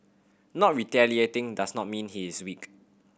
not retaliating does not mean he is weak